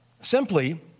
simply